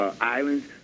islands